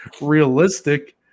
realistic